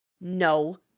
No